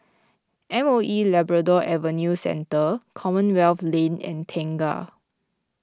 M O E Labrador Adventure Centre Commonwealth Lane and Tengah